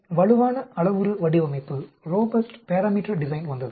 பின்னர் வலுவான அளவுரு வடிவமைப்பு வந்தது